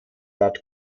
bud